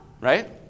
Right